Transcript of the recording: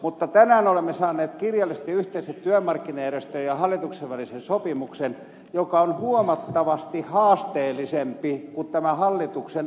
mutta tänään olemme saaneet kirjallisesti yhteisen työmarkkinajärjestöjen ja hallituksen välisen sopimuksen joka on huomattavasti haasteellisempi kuin tämä hallituksen alkuperäinen tavoite